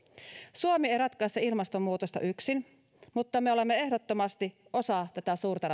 suomi ei ratkaise ilmastonmuutosta yksin mutta me olemme ehdottomasti osa tätä suurta